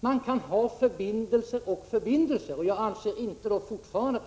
Man kan ha förbindelser och förbindelser. Jag anser fortfarande